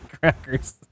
crackers